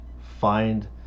find